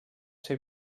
ser